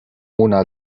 mona